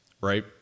Right